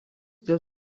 dėl